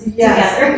together